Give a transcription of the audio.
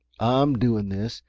i'm doing this,